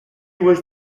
was